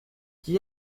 qui